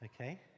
Okay